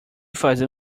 fazer